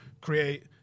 Create